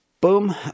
boom